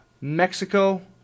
Mexico